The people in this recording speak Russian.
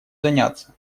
заняться